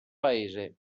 paese